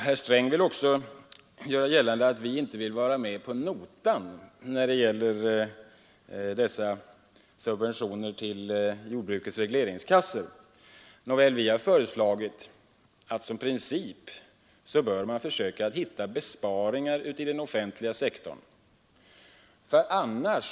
Herr Sträng gör också gällande att vi inte vill vara med på notan när det gäller dessa subventioner till jordbrukets regleringskassor. Nåväl, vi har föreslagit att man som princip skall försöka hitta besparingar i den offentliga sektorn.